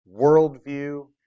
worldview